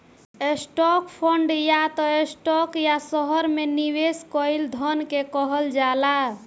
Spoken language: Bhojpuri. स्टॉक फंड या त स्टॉक या शहर में निवेश कईल धन के कहल जाला